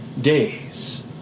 days